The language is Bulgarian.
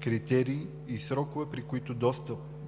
критерии и срокове, при които